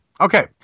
Okay